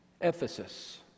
Ephesus